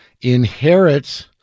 inherits